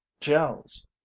gels